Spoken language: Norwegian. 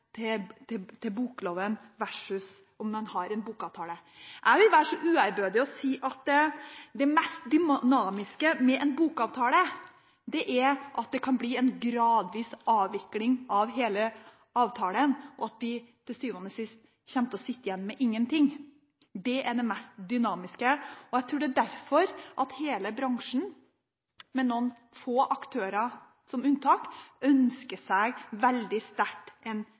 med tanke på bokloven versus en bokavtale. Jeg vil være så uærbødig og si at det mest dynamiske med en bokavtale er at det kan bli en gradvis avvikling av hele avtalen, og at vi til syvende og sist kommer til å sitte igjen med ingenting. Det er det mest dynamiske, og jeg tror det er derfor hele bransjen, med noen få aktører som unntak, veldig sterkt ønsker seg